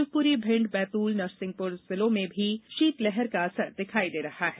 शिवपुरी भिंड बैतूल नरसिंहपुर जिलों में भी शीतलहर का असर दिखाई दे रहा है